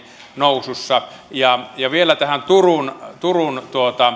nousussa ja vielä tähän turun turun